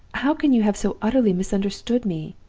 how can you have so utterly misunderstood me?